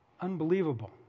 Unbelievable